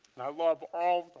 i love all